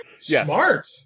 Smart